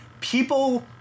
People